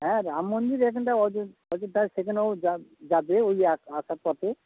হ্যাঁ রাম মন্দির যেখানটা অযো অযোধ্যা সেখানেও যাবে ওই আসারপথে